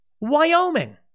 Wyoming